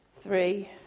three